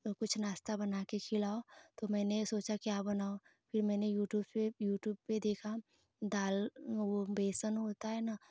कुछ नाश्ता बना कर खिलाओ तो मैने सोचा क्या बनाऊँ फिर मैने यूट्यूब से यूट्यूब में देखा दाल वो बेसन होता है न